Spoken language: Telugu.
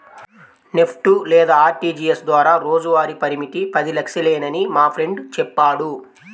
నెఫ్ట్ లేదా ఆర్టీజీయస్ ద్వారా రోజువారీ పరిమితి పది లక్షలేనని మా ఫ్రెండు చెప్పాడు